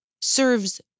serves